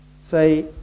say